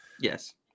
yes